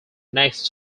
next